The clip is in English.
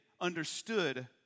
understood